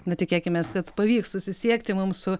na tikėkimės kad pavyks susisiekti mums su